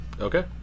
Okay